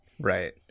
right